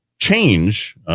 change